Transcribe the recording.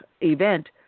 event